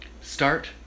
Start